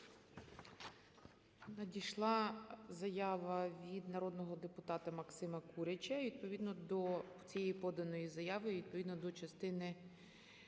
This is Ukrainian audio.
Надійшла заява від народного депутата Максима Курячого. Відповідно до цієї поданої заяви, відповідно до частини